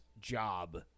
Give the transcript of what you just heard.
job